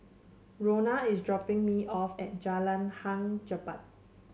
Rona is dropping me off at Jalan Hang Jebat